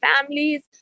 families